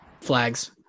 flags